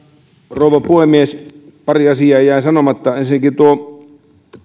rouva puhemies pari asiaa jäi sanomatta ensinnäkin tuo